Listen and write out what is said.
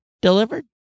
delivered